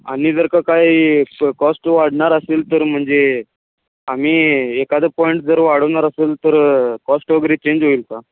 आणि जर का काही कॉस्ट वाढणार असेल तर म्हणजे आम्ही एखादं पॉईंट जर वाढवणार असेल तर कॉस्ट वगैरे चेंज होईल का